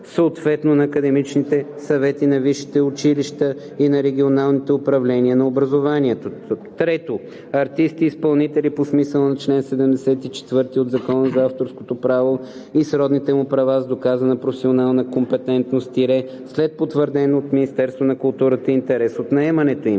съответно на академичните съвети на висшите училища и на регионалните управления на образованието; 3. артисти-изпълнители по смисъла на чл. 74 от Закона за авторското право и сродните му права с доказана професионална компетентност – след потвърден от Министерството на културата интерес от наемането им;